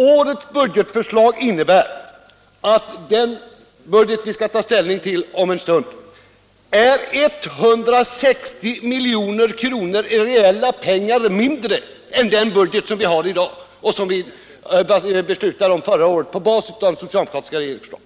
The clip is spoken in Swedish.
Årets budgetförslag innebär att den budget vi skall ta ställning till om en stund är 160 milj.kr. lägre reellt sett än den budget som vi har i dag och som vi beslutade om förra året på basis av den socialdemokratiska regeringens förslag.